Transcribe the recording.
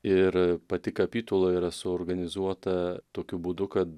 ir pati kapitula yra suorganizuota tokiu būdu kad